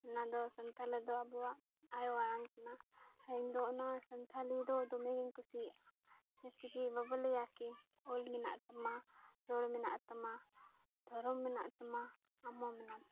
ᱚᱱᱟ ᱫᱚ ᱥᱟᱱᱛᱷᱟᱞᱤ ᱫᱚ ᱟᱵᱚᱣᱟᱜ ᱟᱭᱳ ᱟᱲᱟᱝ ᱠᱟᱱᱟ ᱤᱧᱫᱚ ᱚᱱᱟ ᱥᱟᱱᱛᱷᱟᱞᱤ ᱫᱚ ᱫᱚᱢᱮᱜᱤᱧ ᱠᱩᱥᱤᱭᱟᱜᱼᱟ ᱡᱮᱥᱮᱠᱤ ᱵᱟᱵᱚ ᱞᱟᱹᱭᱟ ᱠᱤ ᱚᱞ ᱢᱮᱱᱟᱜ ᱛᱟᱢᱟ ᱨᱚᱲ ᱢᱮᱱᱟᱜ ᱛᱟᱢᱟ ᱫᱷᱚᱨᱚᱢ ᱢᱮᱱᱟᱜ ᱛᱟᱢᱟ ᱟᱢᱦᱚᱸ ᱢᱮᱱᱟᱢ